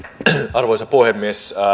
arvoisa puhemies